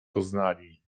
poznali